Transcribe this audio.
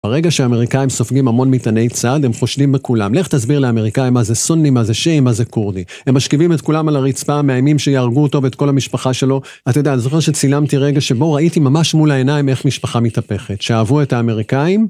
ברגע שהאמריקאים סופגים המון מטעני צד, הם חושדים בכולם, לך תסביר לאמריקאים מה זה סוני, מה זה שיעי, מה זה כורדי. הם משכיבים את כולם על הרצפה, מאיימים שיהרגו אותו ואת כל המשפחה שלו. אתה יודע, אני זוכר שצילמתי רגע שבו ראיתי ממש מול העיניים איך משפחה מתהפכת, שאהבו את האמריקאים.